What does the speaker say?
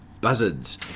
buzzards